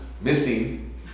missing